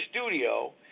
studio